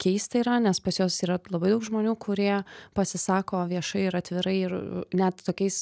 keista yra nes pas juos yra labai daug žmonių kurie pasisako viešai ir atvirai ir net tokiais